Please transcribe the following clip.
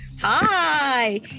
Hi